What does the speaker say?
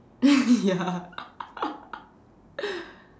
ya